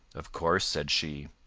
of course, said she.